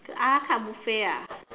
the ala-carte buffet ah